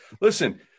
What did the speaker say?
listen